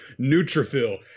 neutrophil